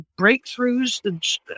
breakthroughs